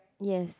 yes